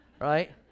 right